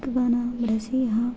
ते गाना बड़ा स्हेई हा